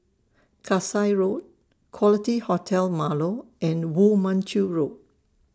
Kasai Road Quality Hotel Marlow and Woo Mon Chew Road